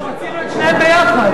רצינו את שניהם יחד.